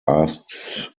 asks